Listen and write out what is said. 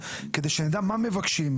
המנגנון.